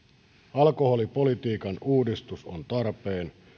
alkoholipolitiikan uudistus on tarpeen